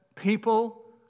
People